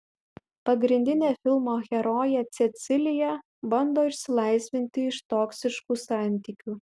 pagrindinė filmo herojė cecilija bando išsilaisvinti iš toksiškų santykių